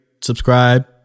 subscribe